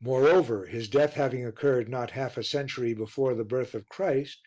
moreover, his death having occurred not half a century before the birth of christ,